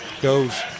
Goes